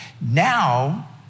Now